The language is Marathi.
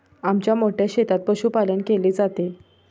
आमच्या मोठ्या शेतात पशुपालन केले जाते